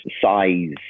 size